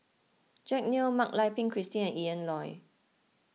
Jack Neo Mak Lai Peng Christine and Ian Loy